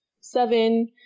seven